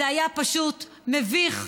זה היה פשוט מביך.